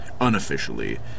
Unofficially